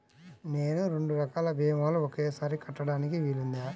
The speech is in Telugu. నేను రెండు రకాల భీమాలు ఒకేసారి కట్టడానికి వీలుందా?